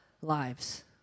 lives